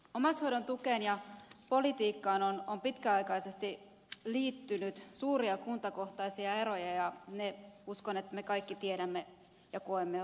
omaishoidon tukeen ja siihen liittyvään politiikkaan on pitkäaikaisesti liittynyt suuria kuntakohtaisia eroja ja uskon että me kaikki tiedämme ja koemme ne ongelmaksi